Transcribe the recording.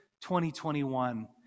2021